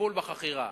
בטיפול בחכירה,